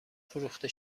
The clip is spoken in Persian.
فروخته